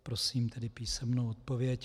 Prosím tedy písemnou odpověď.